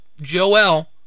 Joel